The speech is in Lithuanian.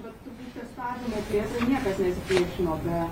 bet turbūt testavime tiesa niekas nesipriešino be